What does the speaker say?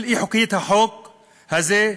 על אי-חוקיות החוק הזה.